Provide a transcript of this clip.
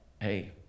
hey